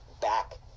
back